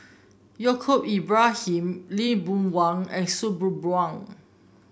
Yaacob Ibrahim Lee Boon Wang and Sabri Buang